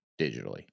digitally